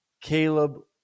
Caleb